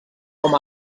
com